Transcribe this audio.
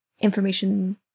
information